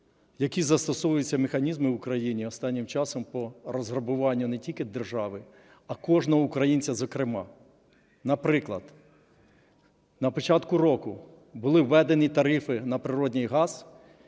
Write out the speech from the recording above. які застосовуються механізми в Україні останнім часом по розграбуванню не тільки держави, а кожного українця, зокрема. Наприклад, на початку року були введені тарифи на природний газ,